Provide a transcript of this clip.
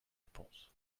réponse